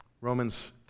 Romans